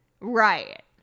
Right